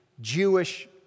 Jewish